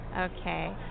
okay